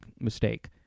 mistake